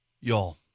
Y'all